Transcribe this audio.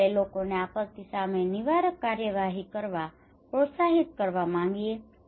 આપણે લોકોને આપત્તિ સામે નિવારક કાર્યવાહી કરવા પ્રોત્સાહિત કરવા માંગીએ છીએ